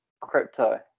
Crypto